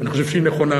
אני חושב שהיא נכונה,